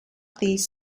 these